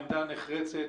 עמדה נחרצת.